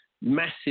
massive